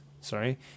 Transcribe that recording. sorry